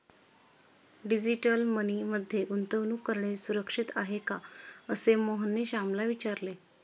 digital money मध्ये गुंतवणूक करणे सुरक्षित आहे का, असे मोहनने श्यामला विचारले